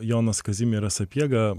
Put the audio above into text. jonas kazimieras sapiega